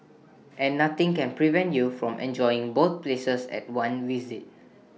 and nothing can prevent you from enjoying both places at one visit